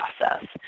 process